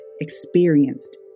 experienced